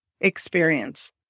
experience